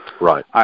Right